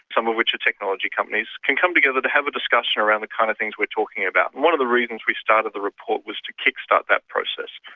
some of which are technology companies, can come together to have a discussion around the kind of things we're talking about. one of the reasons we started the report was to kick-start that process.